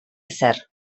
ezer